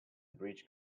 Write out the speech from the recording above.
breach